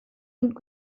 und